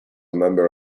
member